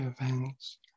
events